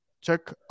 check